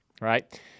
Right